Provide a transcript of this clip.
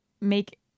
make